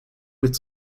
mit